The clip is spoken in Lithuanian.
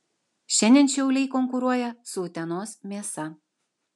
šiandien šiauliai konkuruoja su utenos mėsa